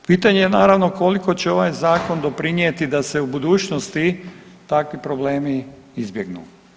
Pitanje je naravno koliko će ovaj zakon doprinijeti da se u budućnosti takvi problemi izbjegnu.